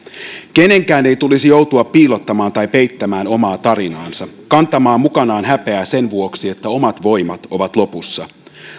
kenenkään ei tulisi joutua piilottamaan tai peittämään omaa tarinaansa kantamaan mukanaan häpeää sen vuoksi että omat voimat ovat lopussa